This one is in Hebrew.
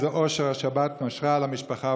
איזה אושר השבת משרה על המשפחה,